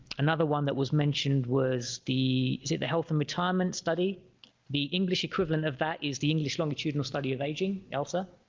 another one that was mentioned was the the the health and retirement study the english equivalent of that is the english longitudinal study of aging else'